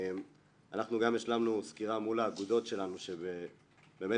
אנחנו גם השלמנו סקירה מול האגודות שלנו שבאמת